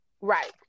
Right